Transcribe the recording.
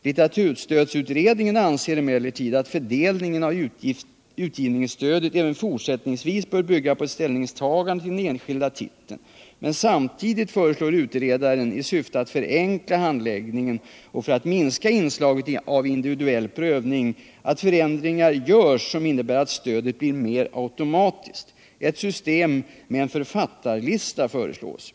Litteraturstödsutredningen anser emellertid att fördelningen av utgivningsstödet även fortsättningsvis bör bygga på ett ställningstagande till den enskilda titeln. men samtidigt föreslår utredaren i syfte aut förenkla handläggningen och för aut minska inslaget av individuell prövning att förändringar görs som innebir att stödet blir mer automatiskt. Ett system med en författarlista föreslås.